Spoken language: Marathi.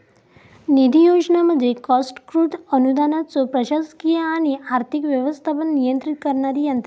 निधी योजना म्हणजे कॉस्ट कृती अनुदानाचो प्रशासकीय आणि आर्थिक व्यवस्थापन नियंत्रित करणारी यंत्रणा